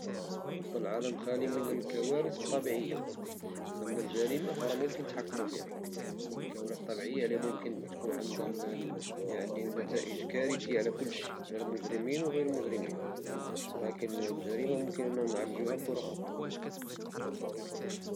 كنفضل عالم خالي من الكوارث الطبيعية، أما الجريمة فرا ممكن نتحكمو فيها والكوارث الطبيعية ممكن يكون عندها نتائج كارثية على كلشي، على المجرمين وغير المجرمين، والجريمة ممكن نعالجوها بطرق أخرى